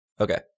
Okay